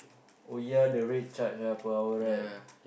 oh ya the rate charge ah right per hour right